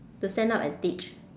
to stand up and teach